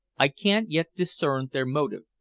i can't yet discern their motive.